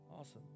Awesome